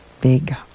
big